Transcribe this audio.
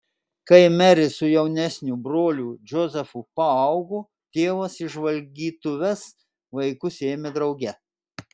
kai merė su jaunesniu broliu džozefu paaugo tėvas į žvalgytuves vaikus ėmė drauge